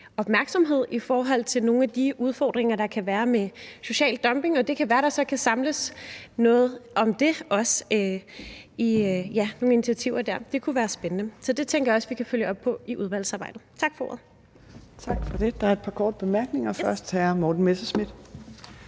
opmærksomhed i forhold til nogle af de udfordringer, der kan være, med social dumping. Det kan være, at der så kan samles noget om det også, altså nogle initiativer der. Det kunne være spændende. Så det tænker jeg også vi kan følge op på i udvalgsarbejdet. Tak for ordet. Kl. 15:08 Fjerde næstformand (Trine Torp): Tak for det.